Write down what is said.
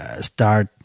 start